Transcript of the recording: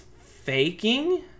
faking